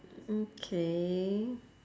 okay